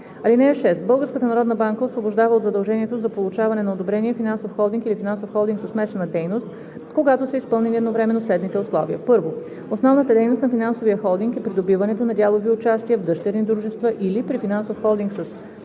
банка освобождава от задължението за получаване на одобрение финансов холдинг или финансов холдинг със смесена дейност, когато са изпълнени едновременно следните условия: 1. основната дейност на финансовия холдинг е придобиването на дялови участия в дъщерни дружества или, при финансов холдинг със смесена дейност